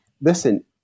listen